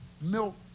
milk